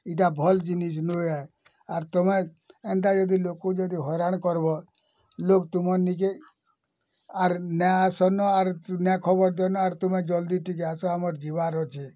ଇଟା ଭଲ୍ ଜିନିଷ୍ ନୁହେଁ ଆର୍ ତୁମେ ଏନ୍ତା ଯଦି ଲୋକଙ୍କୁ ଯଦି ହଇରାଣ କରବ ଲୋକ୍ ତୁମର ନିକେ ଆର୍ ନାଇଁ ଆସନ ଆର୍ ଚିନା ଖବର୍ ଦିଅନୁ ଅର୍ ତୁମେ ଜଲ୍ଦି ଟିକେ ଆସ ଆମର୍ ଯିବାର୍ ଅଛି